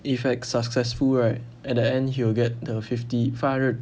if like successful right at the end he will get the fifty five hundred